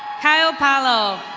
kyle palo.